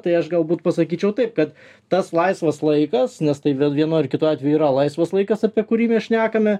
tai aš galbūt pasakyčiau taip kad tas laisvas laikas nes tai vėl vienu ar kitu atveju yra laisvas laikas apie kurį mes šnekame